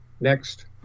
next